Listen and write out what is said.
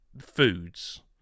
foods